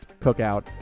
cookout